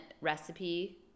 recipe